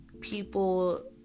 people